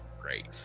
great